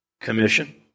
Commission